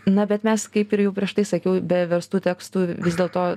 na bet mes kaip ir jau prieš tai sakiau be verstų tekstų vis dėlto